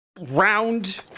round